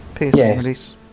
yes